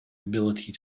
ability